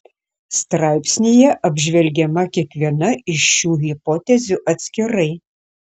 straipsnyje apžvelgiama kiekviena iš šių hipotezių atskirai